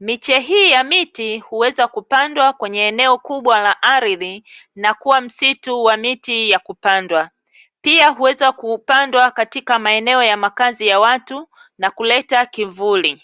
Miche hii ya miti huweza kupandwa kwenye eneo kubwa la ardhi na kuwa msitu wa miti ya kupandwa. Pia huweza kupandwa katika maeneo ya makaza ya watu na kuleta kivuli.